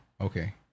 Okay